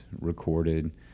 recorded